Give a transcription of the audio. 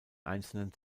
einzelnen